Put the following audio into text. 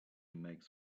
makes